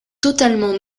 totalement